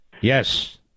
Yes